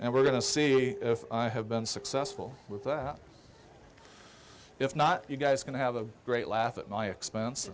and we're going to see if i have been successful with that if not you guys going to have a great laugh at my expense